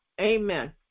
Amen